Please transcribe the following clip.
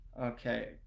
Okay